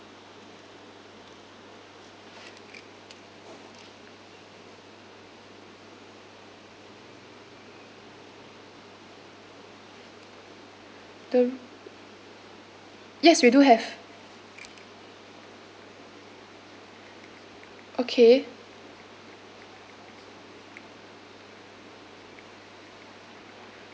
yes we do have okay